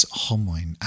homoin